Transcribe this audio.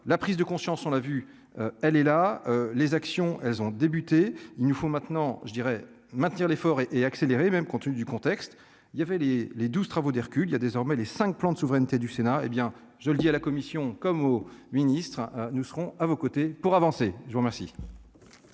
la prise de conscience, on l'a vu, elle est là, les actions, elles ont débuté, il nous faut maintenant je dirais maintenir l'effort et et accélérer même compte tenu du contexte, il y avait les les 12 travaux d'Hercule, il y a désormais les 5 plans de souveraineté du Sénat, hé bien je le dis à la Commission comme au ministre, nous serons à vos côtés pour avancer, je vous remercie.